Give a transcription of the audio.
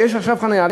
כשיש עכשיו חניה,